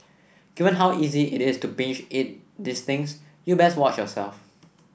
given how easy it is to binge eat these things you best watch yourself